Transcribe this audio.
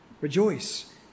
rejoice